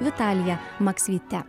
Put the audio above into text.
vitalija maksvytyte